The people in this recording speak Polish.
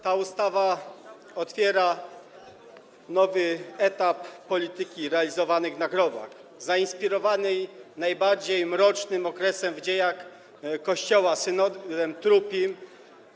Ta ustawa otwiera nowy etap polityki realizowanej na grobach, zainspirowanej najbardziej mrocznym okresem w dziejach Kościoła, synodem trupim.